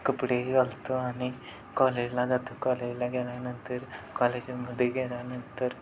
कपडेही घालतो आणि कॉलेजला जातो कॉलेजला गेल्यानंतर कॉलेजमध्ये गेल्यानंतर